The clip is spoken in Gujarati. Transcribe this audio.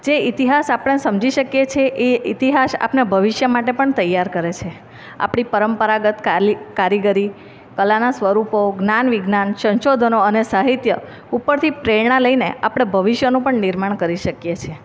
જે ઇતિહાસ આપણે સમજી શકીએ છીએ એ ઇતિહાસ આપણને ભવિષ્ય માટે પણ તૈયાર કરે છે આપણી પરંપરાગત કારીગરી કલાનાં સ્વરૂપો જ્ઞાન વિજ્ઞાન સંશોધનો અને સાહિત્ય ઉપરથી પ્રેરણા લઈને આપણે ભવિષ્યનું પણ નિર્માણ કરી શકીએ છીએ